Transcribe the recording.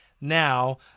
now